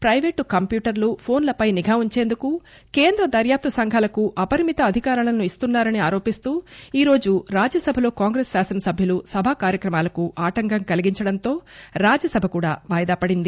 private కంప్యూటర్లు ఫోన్లపై నిఘా ఉంచేందుకు కేంద్ర దర్యాప్తు సంఘాలకు అపరిమిత అధికారాలను ఇస్తున్నా రని ఆరోపిస్తూ ఈరోజు రాజ్యసభలో కాంగ్రెస్ శాసనసభ్యులు సభా కార్యక్రమాలకు ఆటంకం కలిగించడంతో రాజ్యసభ కూడా వాయిదా పడింది